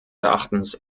erachtens